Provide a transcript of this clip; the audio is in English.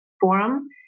forum